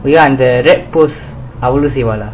oh அந்த:antha red pose அவளும் செய்வால:avalum seivala